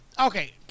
okay